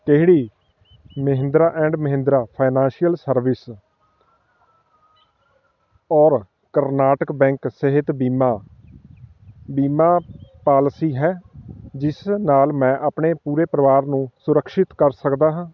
ਕਿਹੜੀ Mahindra and Mahindra financial service ਔਰ Karnataka bank ਸਿਹਤ ਬੀਮਾ ਬੀਮਾ ਪਾਲਿਸੀ ਹੈ ਜਿਸ ਨਾਲ ਮੈਂ ਆਪਣੇ ਪੂਰੇ ਪਰਿਵਾਰ ਨੂੰ ਸੁਰੱਕਸ਼ਿਤ ਕਰ ਸਕਦਾ ਹਾਂ